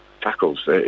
tackles